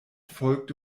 folgte